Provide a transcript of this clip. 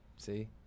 See